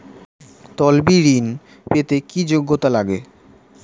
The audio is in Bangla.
তলবি ঋন পেতে কি যোগ্যতা লাগে?